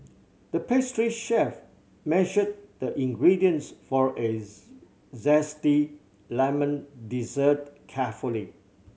the pastry chef measured the ingredients for a zesty lemon dessert carefully